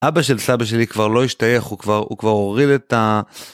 אבא של סבא שלי כבר לא השתייך, הוא כבר הוריד את ה...